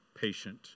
patient